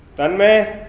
tanmay.